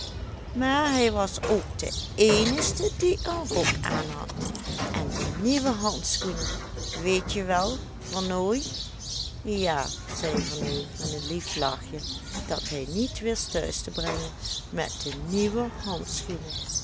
maar hij was ook de eenigste die een rok aanhad en de nieuwe handschoenen weetje wel vernooy ja zei vernooy met een lief lachje dat hij niet wist thuis te brengen met de nieuwe handschoenen